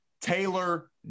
Taylor